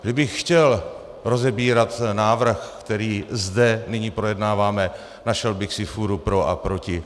Kdybych chtěl rozebírat návrh, který zde nyní projednáváme, našel bych si fůru pro a proti.